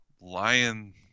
lion